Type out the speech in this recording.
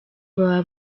baba